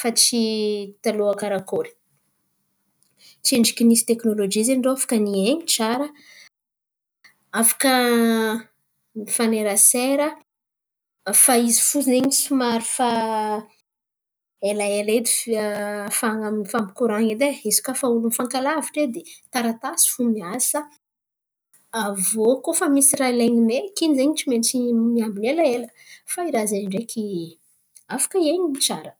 fa tsy taloha karakory. Tsendriky nisy tekinôlôjy izen̈y irô afaka niain̈y tsara, afaka ny fanerasera fa izy fo izen̈y somary fa ela ela edy fa fampikoran̈a edy e. Izy koa fa olo fankalavitry edy taratasy fo miasa. Avô koa fa misy raha ilain̈y meky in̈y zen̈y tsy maintsy miambin̈y ela ela fa raha izen̈y ndreky afaka hiain̈ana tsara.